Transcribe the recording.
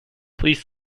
please